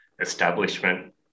establishment